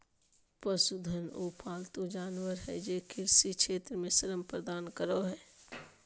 पशुधन उ पालतू जानवर हइ जे कृषि क्षेत्र में श्रम प्रदान करो हइ